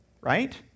right